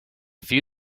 few